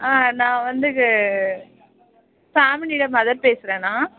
ஆ நான் வந்து ஷாமினியோடய மதர் பேசுகிறேன் நான்